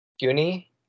Uni